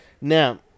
Now